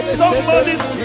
somebody's